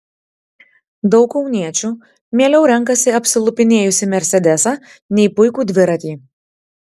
daug kauniečių mieliau renkasi apsilupinėjusį mersedesą nei puikų dviratį